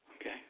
Okay